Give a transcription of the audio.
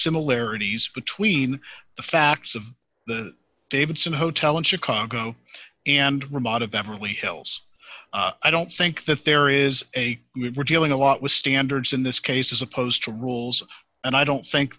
similarities between the facts of the davidson hotel in chicago and ramada beverly hills i don't think that there is a i mean we're dealing a lot with standards in this case as opposed to rules and i don't think